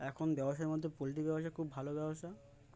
এখন ব্যবসায়ের মধ্যে পোলট্রি ব্যবসা খুব ভালো ব্যবসা